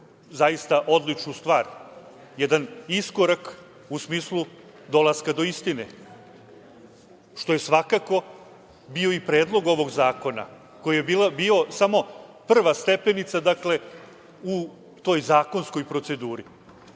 zaista odličnu stvar, jedan iskorak u smislu dolaska do istine, što je svakako bio i predlog ovog zakona, koji je bio samo prva stepenica u toj zakonskoj proceduri. Sa